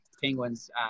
Penguin's